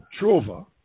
Trova